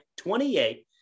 28